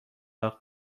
برق